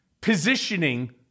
positioning